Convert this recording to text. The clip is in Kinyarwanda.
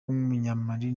w’umunyamali